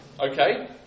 Okay